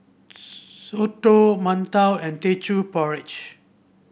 soto mantou and Teochew Porridge